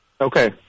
Okay